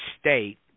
state